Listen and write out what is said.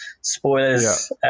spoilers